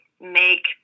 make